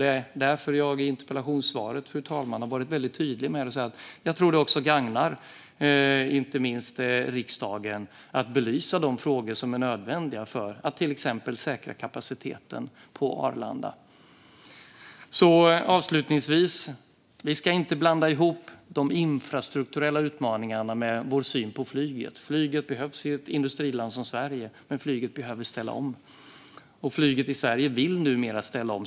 Det är därför jag i interpellationssvaret var väldigt tydlig med att säga att det också gagnar inte minst riksdagen att belysa de frågor som är nödvändiga för att till exempel säkra kapaciteten på Arlanda. Avslutningsvis: Vi ska inte blanda ihop de infrastrukturella utmaningarna med vår syn på flyget. Flyget behövs i ett industriland som Sverige, men flyget behöver ställa om. Flyget i Sverige vill numera ställa om.